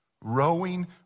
rowing